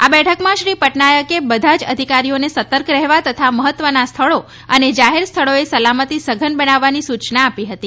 આ બેઠકમાં શ્રી પટનાયકે બધા જ અધિકારીઓને સતર્ક રહેવા તથા મહત્વના સ્થળો અને જાહેર સ્થળોએ સલામતી સઘન બનાવવાની સૂચના આપી હતી